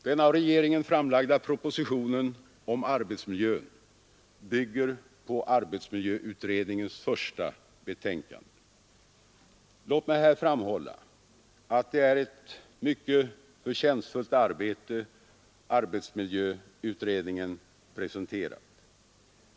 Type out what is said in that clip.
Den av regeringen framlagda propositionen om arbetsmiljön bygger på arbetsmiljöutredningens första betänkande. Låt mig här framhålla att det är ett mycket förtjänstfullt arbete arbetsmiljöutredningen presenterat.